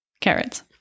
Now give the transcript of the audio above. carrots